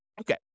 Okay